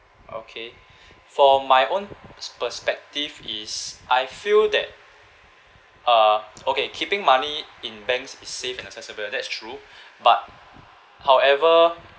okay for my own s~ perspective is I feel that uh okay keeping money in banks is safe and accessible that's true but however